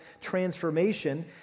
transformation